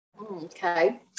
Okay